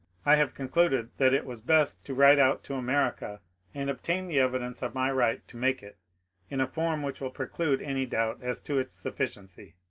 i have concluded that it was best to write out to america and obtain the evidence of my right to make it in a form which will preclude any doubt as to its sufficiency.